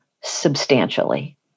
substantially